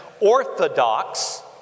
orthodox